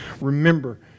Remember